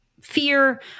fear